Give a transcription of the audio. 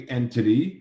entity